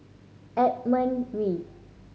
Edmund Wee